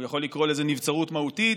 הוא יכול לקרוא לזה נבצרות מהותית,